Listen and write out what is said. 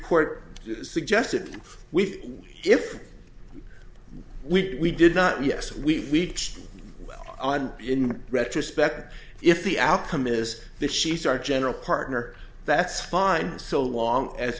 court suggested we if we did not yes we well on in retrospect if the outcome is the she start general partner that's fine so long as